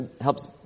helps